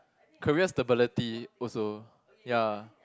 career stability also ya